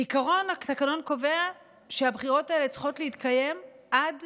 בעיקרון התקנון קובע שהבחירות האלה צריכות להתקיים עד